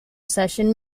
session